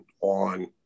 on